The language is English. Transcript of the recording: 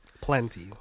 Plenty